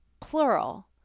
plural